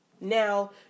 Now